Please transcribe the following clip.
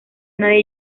nadie